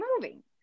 moving